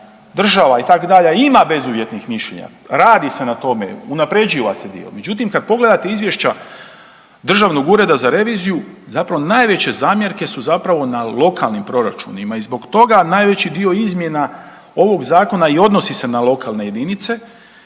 država, itd., a ima bezuvjetnih mišljenja, radi se na tome, unaprijeđiva se djelom, međutim kad pogledate izvješća Državnog ureda za reviziju, zapravo najveće zamjerke su zapravo na lokalnim proračuna i zbog toga najveći dio izmjena ovog zakona i odnosi se na lokalne jedinice